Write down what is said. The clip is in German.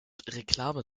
reklame